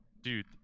dude